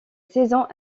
saisons